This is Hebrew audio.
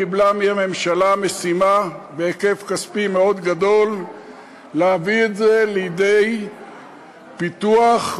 קיבלה מהממשלה משימה בהיקף כספי מאוד גדול להביא את זה לידי פיתוח,